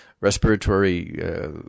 respiratory